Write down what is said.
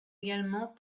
également